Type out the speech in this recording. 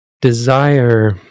desire